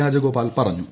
രാജഗോപാൽ പറഞ്ഞു